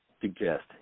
suggest